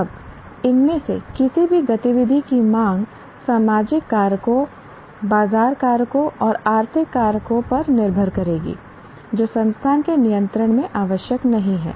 अब इनमें से किसी भी गतिविधि की मांग सामाजिक कारकों बाजार कारकों और आर्थिक कारकों पर निर्भर करेगी जो संस्थान के नियंत्रण में आवश्यक नहीं हैं